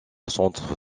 centre